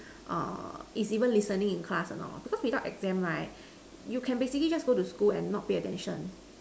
is even listening in class or not because without exam right you can basically just go to school and not pay attention